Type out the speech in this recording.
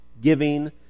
giving